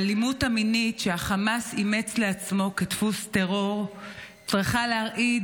האלימות המינית שחמאס אימץ לעצמו כדפוס טרור צריכה להרעיד